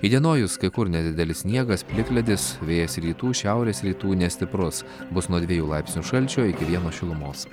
įdienojus kai kur nedidelis sniegas plikledis vėjas rytų šiaurės rytų nestiprus bus nuo dviejų laipsnių šalčio iki vieno šilumos